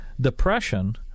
depression